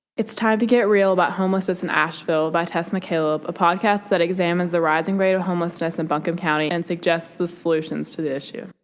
it's time to get real about homelessness in asheville by tess mccaleb, a podcast that examines the rising rate of homelessness in buncombe county and suggests the solutions to the issue.